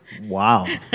Wow